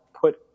put